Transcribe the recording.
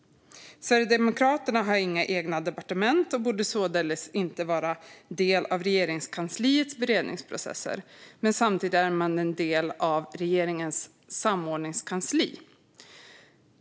Sverigedemokraterna har inga egna departement och borde således inte vara en del av Regeringskansliets beredningsprocesser, men samtidigt är man en del av regeringens samordningskansli.